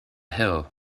hill